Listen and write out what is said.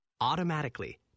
automatically